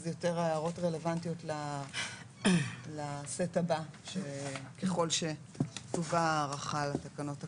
אז יותר ההערות רלוונטיות לסט הבא ככל שתובא הארכה לתקנות הקיימות.